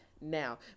now